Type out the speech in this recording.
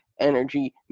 Energy